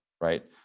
right